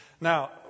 Now